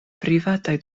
privataj